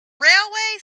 railway